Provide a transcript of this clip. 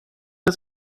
des